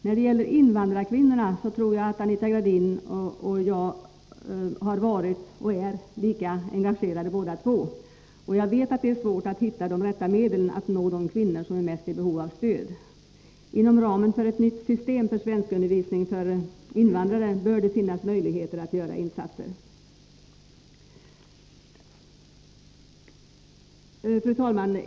När det gäller invandrarkvinnorna tror jag att Anita Gradin och jag har varit och är lika engagerade, och jag vet att det är svårt att hitta de rätta medlen att nå de kvinnor som är i mest behov av stöd. Inom ramen för ett nytt system för svenskundervisning för invandrare bör det finnas möjligheter att göra insatser. Fru talman!